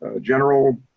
general